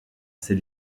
ses